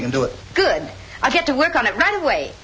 you can do it good i'll get to work on it right away